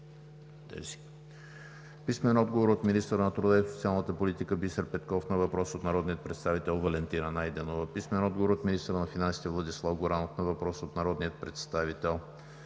Дора Янкова; - министъра на труда и социалната политика Бисер Петков на въпрос от народния представител Валентина Найденова; - министъра на финансите Владислав Горанов на въпрос от народния представител